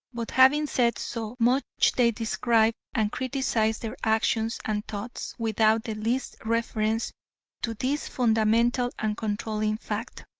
but having said so much they describe and criticise their actions and thoughts without the least reference to this fundamental and controlling fact.